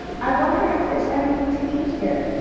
i wonder if there's anything to eat here.